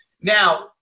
Now